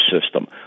system